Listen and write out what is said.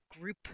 group